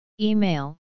Email